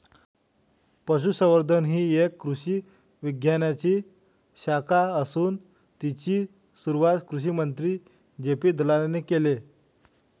पशुसंवर्धन ही कृषी विज्ञानाची शाखा असून तिची सुरुवात कृषिमंत्री जे.पी दलालाने केले